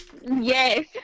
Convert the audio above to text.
yes